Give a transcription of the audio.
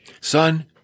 Son